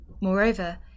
Moreover